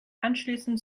anschließend